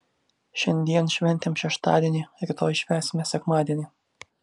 šiandien šventėm šeštadienį rytoj švęsime sekmadienį